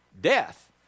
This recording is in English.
death